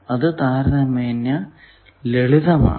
അത് താരതമ്യേന ലളിതമാണ്